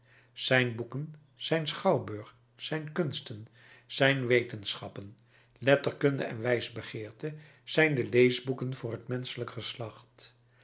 zijn boeken zijn schouwburg zijn kunsten zijn wetenschappen letterkunde en wijsbegeerte zijn de leesboeken voor het menschelijk geslacht